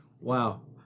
Wow